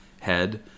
head